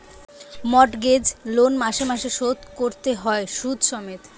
mortgage loan মাসে মাসে শোধ কোরতে হয় শুধ সমেত